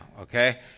okay